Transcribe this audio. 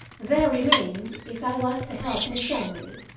there remained, if i was to help miss emily,